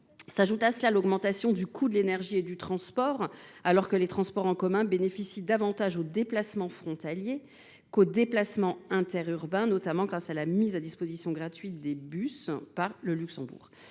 s’ajoute l’augmentation du coût de l’énergie et du transport, alors que les transports en commun bénéficient davantage aux déplacements transfrontaliers qu’aux déplacements interurbains, notamment grâce à la mise à disposition gratuite de cars par le Luxembourg.